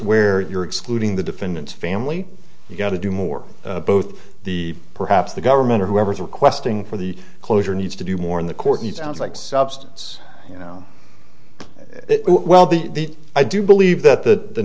where you're excluding the defendant's family you've got to do more both the perhaps the government or whoever's requesting for the closure needs to do more in the court need sounds like substance you know well the i do believe that the